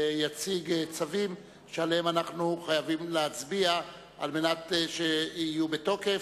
ויציג צווים שעליהם אנחנו חייבים להצביע על מנת שיהיו בתוקף,